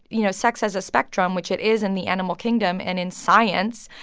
you know, sex as a spectrum, which it is in the animal kingdom and in science,